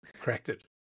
corrected